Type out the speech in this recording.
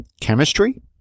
chemistry